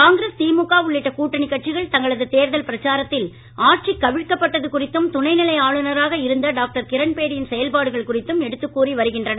காங்கிரஸ் திமுக உள்ளிட்ட கூட்டணி கட்சிகள் தங்களது தேர்தல் பிரச்சாரத்தில் ஆட்சி கவிழ்க்கப்பட்டது குறித்தும் துணை நிலை ஆளுநராக இருந்த டாக்டர் கிரண்பேடியின் செயல்பாடுகள் குறித்தும் எடுத்துக் கூறி வருகின்றனர்